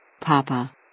Papa